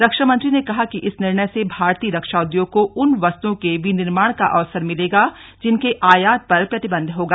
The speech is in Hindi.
रक्षामंत्री ने कहा कि इस निर्णय से भारतीय रक्षा उद्योग को उन वस्तुओं के विनिर्माण का अवसर मिलेगा जिनके आयात पर प्रतिबंध होगा